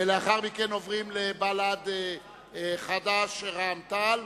ולאחר מכן עוברים לבל"ד, חד"ש ורע"ם-תע"ל,